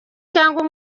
cyangwa